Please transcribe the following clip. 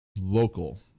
local